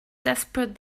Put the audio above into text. desperate